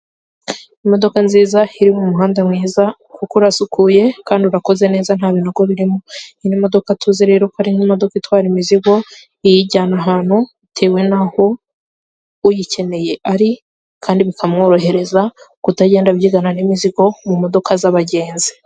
Imodoka nziza iri mu muhanda mwiza, kuko urasukuye kandi urakoze neza nta binogo birimo. Iyi ni imodoka tuze rero ko ari nk'imodoka itwara imizigo iyijyana ahantu bitewe n'aho uyikeneye ari kandi bikamworohereza kutagenda abyigana n'imizigo mu modoka z'abagenzi.